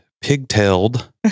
pigtailed